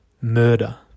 Murder